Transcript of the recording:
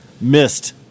missed